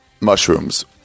mushrooms